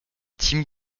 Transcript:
tim